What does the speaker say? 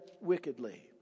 wickedly